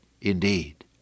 indeed